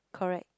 correct